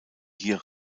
hier